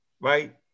right